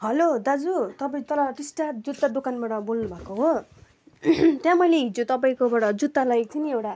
hello दाजु तपाईँ तल टिस्टा जुत्ता दोकानबाट बोल्नु भएको हो त्यहाँ मैले हिजो तपाईँकोबाट जुत्ता लगेको थिएँ नि एउटा